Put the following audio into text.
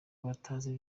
batazi